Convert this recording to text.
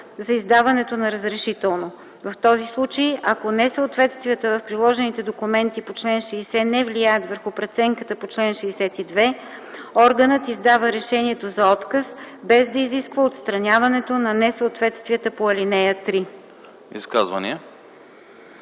за издаването на разрешително. В този случай, ако несъответствията в приложените документи по чл. 60 не влияят върху преценката по чл. 62, органът издава решението за отказ, без да изисква отстраняване на несъответствията по ал. 3”.”